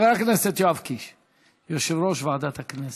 חבר הכנסת יואב קיש, יושב-ראש ועדת הכנסת.